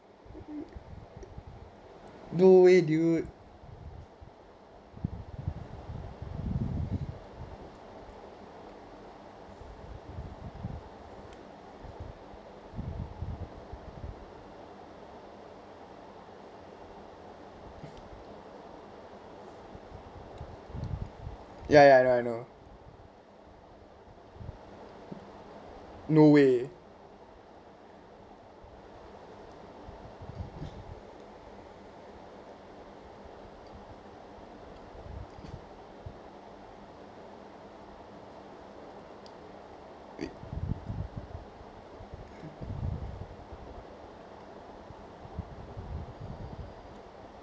no way dude ya ya ya I know I know no way